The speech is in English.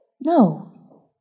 No